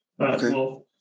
Okay